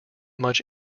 much